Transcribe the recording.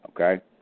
okay